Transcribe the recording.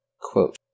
Quote